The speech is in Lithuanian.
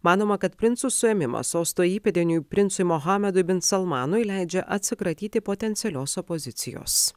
manoma kad princo suėmimas sosto įpėdiniui princui muhamedui bin salmanui leidžia atsikratyti potencialios opozicijos